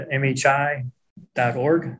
mhi.org